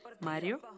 Mario